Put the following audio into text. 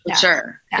sure